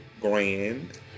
grand